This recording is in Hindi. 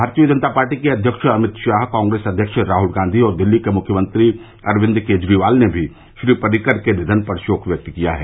भारतीय जनता पार्टी के अध्यक्ष अमित शाह कांग्रेस अध्यक्ष राहुल गांधी और दिल्ली के मुख्यमंत्री अरविन्द केजरीवाल ने भी श्री पर्रिकर के निधनपर शोक व्यक्त किया है